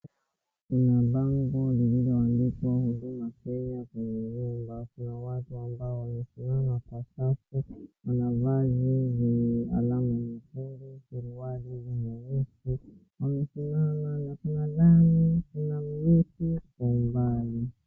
Kuna bango lililoandikwa huduma kenya kwenye nyumba na kuna watu ambao wamesimama kwa safu, wamevaa jezi yenye alama nyekundu, suruari nyeusi, wamesimama kwa umbali.